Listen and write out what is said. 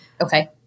Okay